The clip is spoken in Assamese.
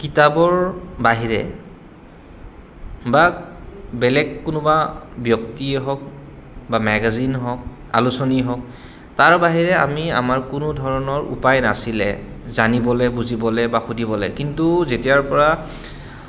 কিতাপৰ বাহিৰে বা বেলেগ কোনোবা ব্যক্তিয়ে হওক বা মেগাজিন হওক আলোচনী হওক তাৰ বাহিৰে আমি আমাৰ কোনো ধৰণৰ উপায় নাছিলে জানিবলে বুজিবলে বা সুধিবলে কিন্তু যেতিয়াৰ পৰা